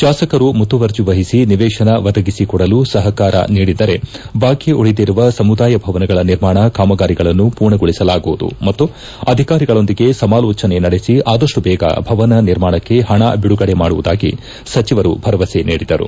ಶಾಸಕರು ಮುತುವರ್ಜಿ ವಹಿಸಿ ನಿವೇಶನ ಒದಗಿಸಿಕೊಡಲು ಸಪಕಾರ ನೀಡಿದರೆ ಬಾಕಿ ಉಳಿದಿರುವ ಸಮುದಾಯ ಭವನಗಳ ನಿರ್ಮಾಣ ಕಾಮಗಾರಿಗಳನ್ನು ಪೂರ್ಣಗೊಳಸಲಾಗುವುದು ಮತ್ತು ಅಧಿಕಾರಿಗಳೊಂದಿಗೆ ಸಮಾಲೋಚನೆ ನಡೆಸ ಆದಪ್ಪು ಬೇಗ ಭವನ ನಿರ್ಮಾಣಕ್ಕೆ ಪಣ ಬಿಡುಗಡೆ ಮಾಡುವುದಾಗಿ ಸಚಿವರು ಭರವಸೆ ನೀಡಿದರು